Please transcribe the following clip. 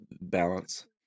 Balance